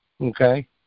okay